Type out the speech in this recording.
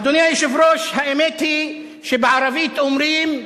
אדוני היושב-ראש, האמת היא שבערבית אומרים: